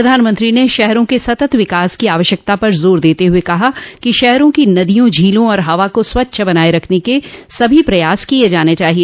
प्रधानमंत्री न शहरों के सतत विकास की आवश्यकता पर जोर देते हुए कहा कि शहरों की नदियों झीलों और हवा को स्वच्छ बनाए रखने के सभी प्रयास किए जाने चाहिए